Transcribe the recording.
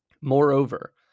Moreover